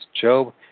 Job